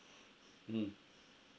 mm